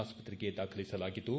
ಆಸ್ತ್ರೆಗೆ ದಾಖಲಿಸಲಾಗಿದ್ದು